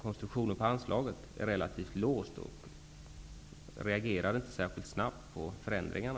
Konstruktionen på anslaget är relativt låst, och man reagerar inte särskilt snabbt på förändringarna.